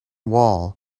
wall